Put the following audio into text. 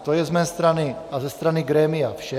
To je z mé strany a ze strany grémia vše.